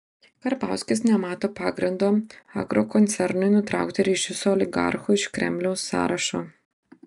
karbauskis nemato pagrindo agrokoncernui nutraukti ryšius su oligarchu iš kremliaus sąrašo